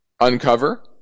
uncover